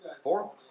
Four